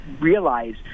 realize